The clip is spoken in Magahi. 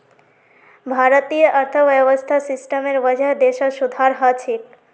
भारतीय अर्थव्यवस्था सिस्टमेर वजह देशत सुधार ह छेक